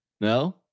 No